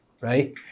right